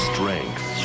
Strength